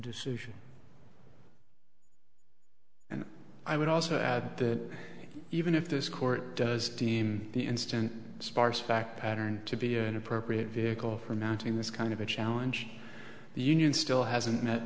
decision and i would also add that even if this court does deem the instant sparse fact pattern to be an appropriate vehicle for mounting this kind of a challenge the union still hasn't met